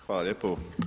Hvala lijepo.